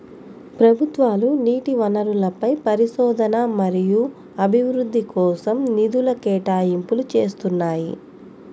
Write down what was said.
ప్రభుత్వాలు నీటి వనరులపై పరిశోధన మరియు అభివృద్ధి కోసం నిధుల కేటాయింపులు చేస్తున్నాయి